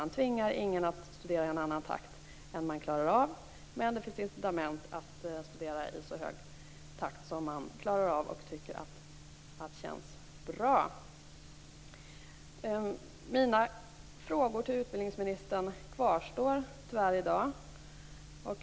Då tvingar man ingen att studera i en annan takt än man klarar av, men det finns incitament att studera i så hög takt som man klarar och som känns bra. Mina frågor till utbildningsministern kvarstår tyvärr i dag.